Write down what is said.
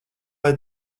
lai